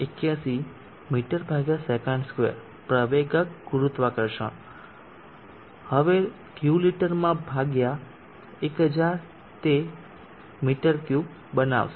81 મીસે2 પ્રવેગક ગુરુત્વાકર્ષણ હવે Q લિટરમાં ભાગ્યા 1000 તે મી3 બનાવશે